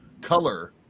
color